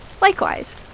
Likewise